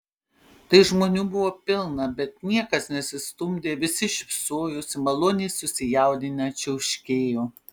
tai žmonių buvo pilna bet niekas nesistumdė visi šypsojosi maloniai susijaudinę čiauškėjo